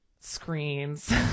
screens